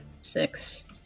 six